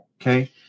Okay